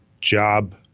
job